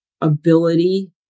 ability